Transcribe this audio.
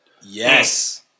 Yes